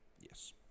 Yes